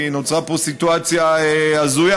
כי נוצרה פה סיטואציה הזויה,